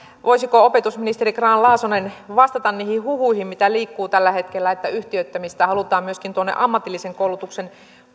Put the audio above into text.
voisiko opetusministeri grahn laasonen vastata niihin huhuihin mitä liikkuu tällä hetkellä että yhtiöittämistä halutaan myöskin tuonne ammatillisen koulutuksen